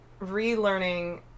relearning